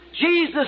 Jesus